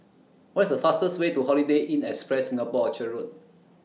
What IS The fastest Way to Holiday Inn Express Singapore Orchard Road